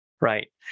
Right